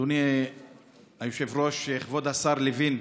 אדוני היושב-ראש, כבוד השר לוין,